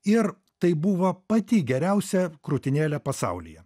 ir tai buvo pati geriausia krūtinėlė pasaulyje